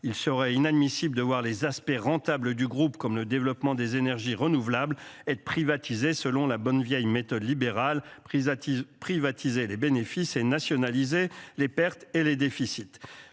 Il serait inadmissible de voir les aspects rentable du groupe, comme le développement des énergies renouvelables être privatisée, selon la bonne vieille méthode libéral. Attise privatiser les bénéfices et nationaliser les pertes et les déficits